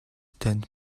танд